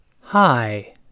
hi